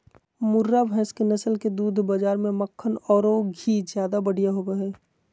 मुर्रा भैस के नस्ल के दूध बाज़ार में मक्खन औरो घी ज्यादा बढ़िया होबो हइ